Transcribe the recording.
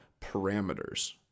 parameters